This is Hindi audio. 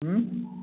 हम्म